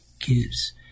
gives